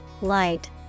light